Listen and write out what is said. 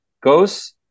goes